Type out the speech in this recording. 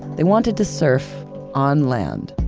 they wanted to surf on land.